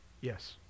yes